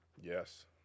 Yes